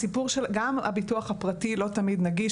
גם הביטוח הפרטי לא תמיד נגיש.